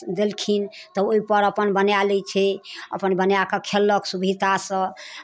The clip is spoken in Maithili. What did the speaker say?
दलखिन तऽ ओहिपर अपन बनाए लैत छै अपन बनाए कऽ खयलक सुभितासँ